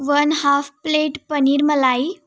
one half plate paneer मलाई